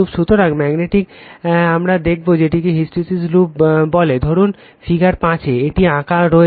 সুতরাং ম্যাগনেটিক আমরা দেখবো যেটিকে হিস্টেরেসিস লুপ বলে ধরুন ফিগার 5 এ এটি আঁকা হয়েছে